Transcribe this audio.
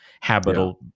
habitable